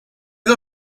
del